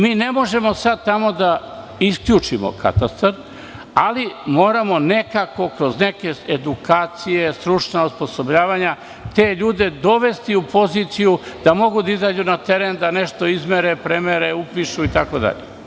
Mi ne možemo sada tamo da isključimo katastar, ali moramo nekako kroz neke edukacije, stručna osposobljavanja, te ljude dovesti u poziciju da mogu da izađu na teren da nešto izmere, premere, upišu itd.